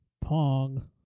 Pong